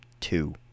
two